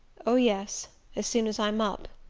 oh, yes as soon as i'm up,